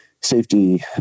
safety